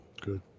Good